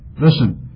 Listen